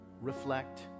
reflect